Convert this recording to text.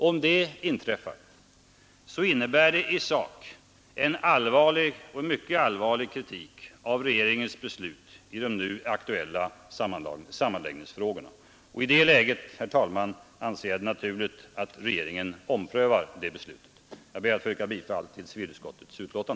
Om det inträffar, innebär beslutet i sak en mycket allvarlig kritik av regeringens beslut i de nu aktuella kommunsammanslagningsfrågorna. I det läget anser jag det naturligt att regeringen omprövar detta beslut. Jag yrkar bifall till civilutskottets hemställan.